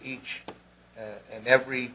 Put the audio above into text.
each and every